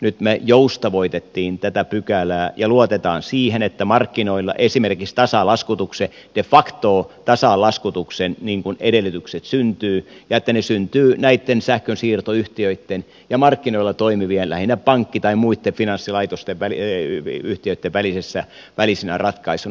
nyt me joustavoitimme tätä pykälää ja luotamme siihen että markkinoilla esimerkiksi tasalaskutuksen de facto tasalaskutuksen edellytykset syntyvät ja että ne syntyvät näitten sähkönsiirtoyhtiöitten ja markkinoilla toimivien lähinnä pankki tai muitten finanssiyhtiöitten välisenä ratkaisuna